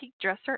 dresser